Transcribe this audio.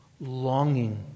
longing